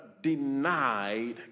denied